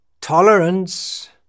Tolerance